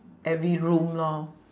every room lor